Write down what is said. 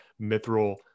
mithril